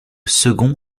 second